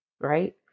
Right